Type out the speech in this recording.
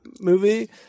movie